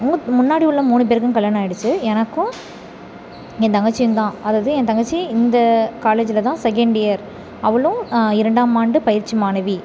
மூத் முன்னாடி உள்ள மூணு பேருக்கும் கல்யாணம் ஆகிடுச்சி எனக்கும் என் தங்கச்சியும் தான் அதாவது என் தங்கச்சி இந்த காலேஜில் தான் செகண்ட் இயர் அவளும் இரண்டாம் ஆண்டு பயிற்சி மாணவி